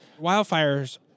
wildfires